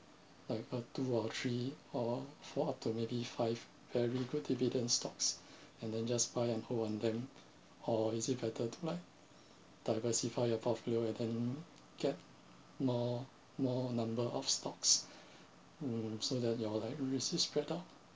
like uh two or three or four to maybe five very good dividend stocks and then just buy and hold on them or is it better to like diversify your portfolio and then get more more number of stocks mm so that you're like risk is spread out